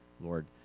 Lord